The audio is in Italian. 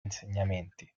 insegnamenti